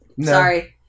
Sorry